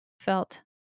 felt